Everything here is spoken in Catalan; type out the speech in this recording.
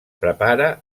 prepara